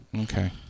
Okay